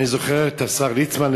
אני זוכר את השר לשעבר ליצמן,